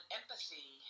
empathy